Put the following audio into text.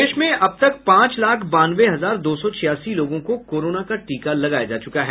प्रदेश में अब तक पांच लाख बानवे हजार दो सौ छियासी लोगों को कोरोना का टीका का लगाया जा चुका है